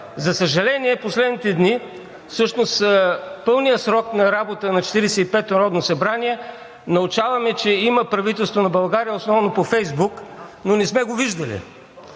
За съжаление, в последните дни всъщност пълният срок на работа на 45-ото народно събрание научаваме, че има правителство на България основно по Фейсбук, но не сме го виждали.